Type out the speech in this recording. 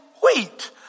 wheat